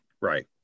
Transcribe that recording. right